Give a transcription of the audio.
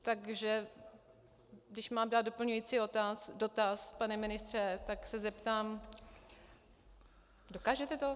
Takže když mám dát doplňující otázku, pane ministře, tak se zeptám: Dokážete to?